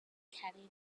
carrie